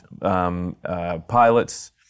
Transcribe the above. pilots